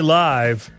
live